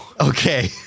Okay